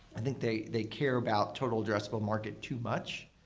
i think they they care about total addressable market too much,